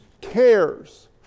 cares